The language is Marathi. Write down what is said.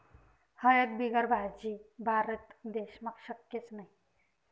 हयद बिगर भाजी? भारत देशमा शक्यच नही